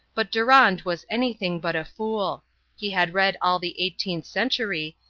but durand was anything but a fool he had read all the eighteenth century,